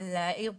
להעיר פה.